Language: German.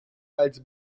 als